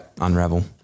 Unravel